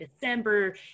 december